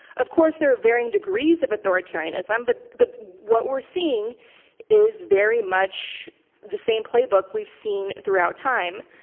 of course, there are varying degrees of authoritarianism. but but what we're seeing is very much the same playbook we've seen throughout time,